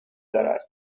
دارد